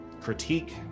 critique